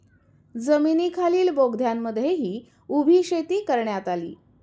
जमिनीखालील बोगद्यांमध्येही उभी शेती करण्यात आली